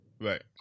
Right